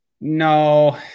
No